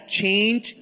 change